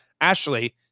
ashley